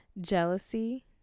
jealousy